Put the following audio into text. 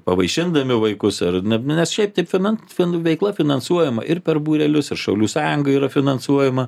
pavaišindami vaikus ar na na šiaip taip fina finų veikla finansuojama ir per būrelius ir šaulių sąjunga yra finansuojama